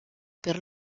per